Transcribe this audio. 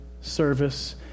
service